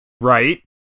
right